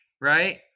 right